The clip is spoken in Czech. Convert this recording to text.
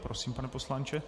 Prosím, pane poslanče.